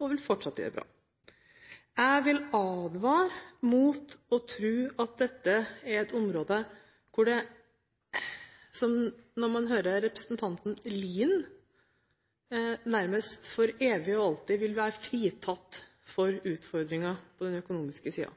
og vil fortsette å gjøre bra. Jeg vil advare mot å tro at dette er et område – som når man hører representanten Lien – som nærmest for evig og alltid vil være fritatt for utfordringer på den økonomiske siden.